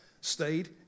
stayed